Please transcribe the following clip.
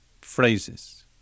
phrases